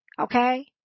Okay